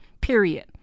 period